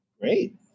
Great